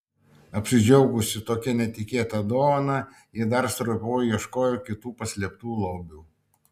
apsidžiaugusi tokia netikėta dovana ji dar stropiau ieškojo kitų paslėptų lobių